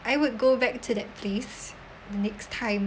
I would go back to that place next time